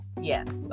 yes